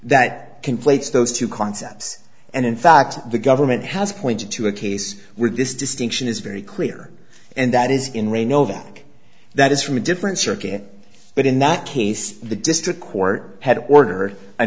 that conflates those two concepts and in fact the government has pointed to a case with this distinction is very clear and that is in re nowak that is from a different circuit but in that case the district court had ordered a